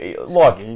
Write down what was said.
look